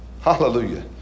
hallelujah